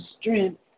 strength